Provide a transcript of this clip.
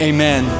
Amen